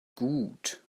gut